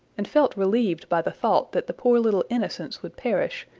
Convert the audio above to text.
and felt relieved by the thought that the poor little innocents would perish,